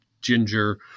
ginger